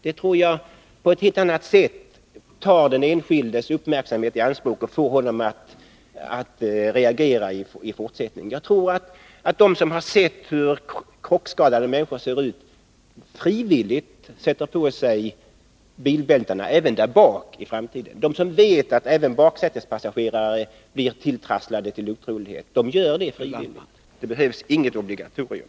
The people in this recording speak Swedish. Det tror jag på ett helt annat sätt tar den enskildes uppmärksamhet i anspråk och får honom att reagera i fortsättningen. De som har sett hur krockskadade människor ser ut sätter på sig bilbältena, även när de färdas i baksätet. De som vet att även baksätespassagerare blir söndertrasade till otrolighet gör det frivilligt. Det behövs inget obligatorium.